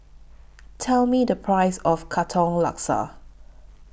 Tell Me The Price of Katong Laksa